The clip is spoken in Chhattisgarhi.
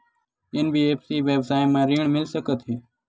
एन.बी.एफ.सी व्यवसाय मा ऋण मिल सकत हे